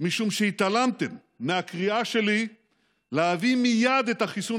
משום שהתעלמתם מהקריאה שלי להביא מייד את החיסון